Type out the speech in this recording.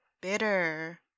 bitter